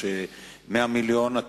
100 מיליון,